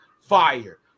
fire